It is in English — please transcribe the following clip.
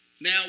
Now